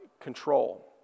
control